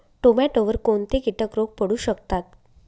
टोमॅटोवर कोणते किटक रोग पडू शकतात?